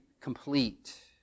complete